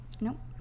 Nope